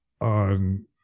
on